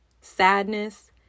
sadness